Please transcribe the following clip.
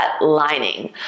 lining